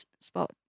spot